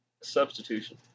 substitution